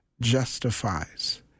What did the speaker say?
justifies